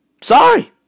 Sorry